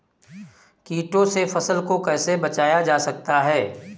कीटों से फसल को कैसे बचाया जा सकता है?